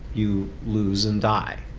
you lose and die.